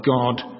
God